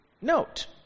note